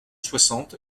soixante